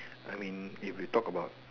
I mean if you talk about